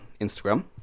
Instagram